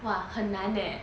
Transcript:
!wah! 很难 leh